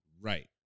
Right